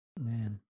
Man